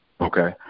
Okay